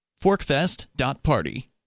Forkfest.party